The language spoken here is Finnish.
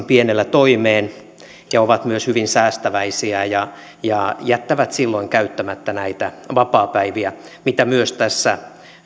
pienellä toimeen ja ovat myös hyvin säästäväisiä ja ja jättävät silloin käyttämättä näitä vapaapäiviä mitä myös tässä